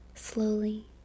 Slowly